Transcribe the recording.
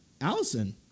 Allison